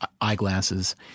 eyeglasses